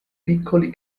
piccoli